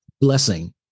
Blessing